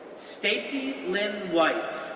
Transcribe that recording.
stacey lyn white,